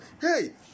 hey